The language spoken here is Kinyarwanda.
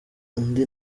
undi